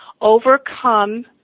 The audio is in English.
overcome